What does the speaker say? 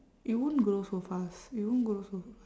it won't grow so fast it won't grow so